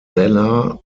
ballard